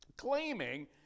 claiming